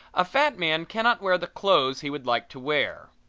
a fat man cannot wear the clothes he would like to wear.